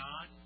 God